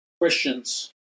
Christians